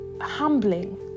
humbling